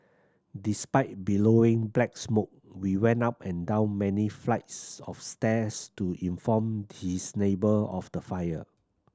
despite billowing black smoke he went up and down many flights of stairs to inform his neighbour of the fire